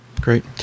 Great